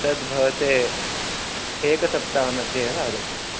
तत् भवते एकसप्ताहे मध्ये एव आगच्छति